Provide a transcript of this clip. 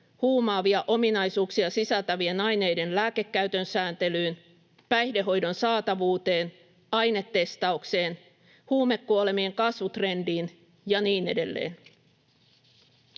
huumaavia ominaisuuksia sisältävien aineiden lääkekäytön sääntelyyn, päihdehoidon saatavuuteen, ainetestaukseen, huumekuolemien kasvutrendiin ja niin edelleen.